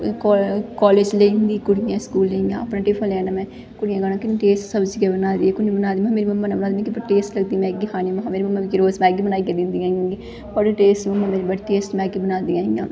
काले ज लेई जंदी ही कुड़ियां स्कूलै दियां अपना टिफन लेई जाना में कुड़ियें गलाना किन्नी टेस्टी सब्जी ऐ बना दी कुन्नैै बना दी महां मम्मा ने बना दी मिगी बड़ी टेस्ट लगदी मैगी खानी महां मेरी मम्मी मिगी रोज मैगी बनाइयै दिंदियां न बड़ी मतलब बड़ी टेस्ट बनांदियां इ'यां